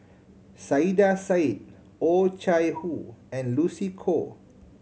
Saiedah Said Oh Chai Hoo and Lucy Koh